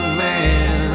man